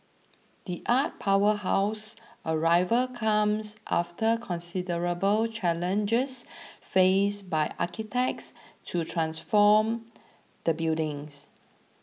the art powerhouse's arrival comes after considerable challenges faced by architects to transform the buildings